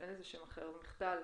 אין לזה שם אחר, זה מחדל